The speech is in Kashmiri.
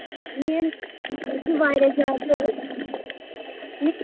میٛٲنۍ فِکِر چھِ واریاہ زیادٕ ٹھیٖک